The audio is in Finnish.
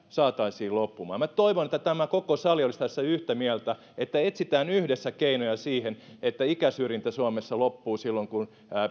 saataisiin loppumaan minä toivon että tämä koko sali olisi tässä yhtä mieltä että etsitään yhdessä keinoja siihen että ikäsyrjintä suomessa loppuu silloin kun